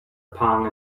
pang